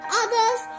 others